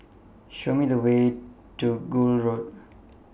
Show Me The Way to Gul Road